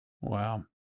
Wow